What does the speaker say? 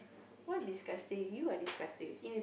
what disgusting you are disgusting